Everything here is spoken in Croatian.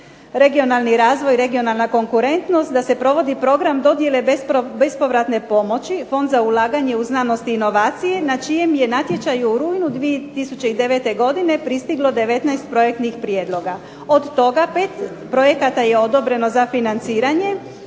regionalni razvoj i regionalna konkurentnost, da se provodi program dodijele bespovratne pomoći, fond za ulaganje u znanost i inovacije, na čijem je natječaju u rujnu 2009. godine pristiglo 19 projektnih prijedloga, od toga 5 projekata je odobreno za financiranje